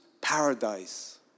paradise